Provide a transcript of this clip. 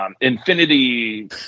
Infinity